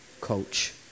coach